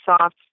soft